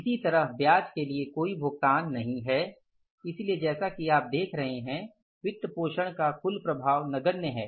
इसी तरह ब्याज के लिए कोई भुगतान नहीं है इसलिए जैसा की आप देख रहे है वित्त पोषण का कुल प्रभाव नगण्य है